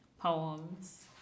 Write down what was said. poems